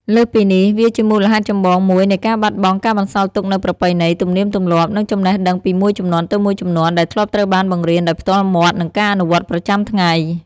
លើសពីនេះ វាជាមូលហេតុចម្បងមួយនៃការបាត់បង់ការបន្សល់ទុកនូវប្រពៃណី ទំនៀមទម្លាប់ និងចំណេះដឹងពីមួយជំនាន់ទៅមួយជំនាន់ ដែលធ្លាប់ត្រូវបានបង្រៀនដោយផ្ទាល់មាត់ និងការអនុវត្តប្រចាំថ្ងៃ។